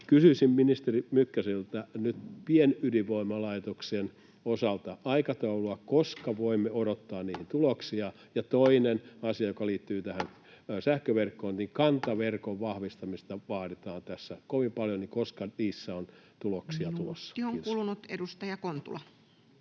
Kysyisin ministeri Mykkäseltä nyt pienydinvoimalaitoksien osalta aikataulua: koska voimme odottaa niihin tuloksia? Ja toinen asia, joka liittyy tähän sähköverkkoon: Kantaverkon vahvistamista vaaditaan tässä kovin paljon. Koska niissä on tuloksia tulossa? — Kiitos. Minuutti on kulunut. — Edustaja Kontula.